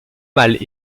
mâles